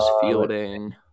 fielding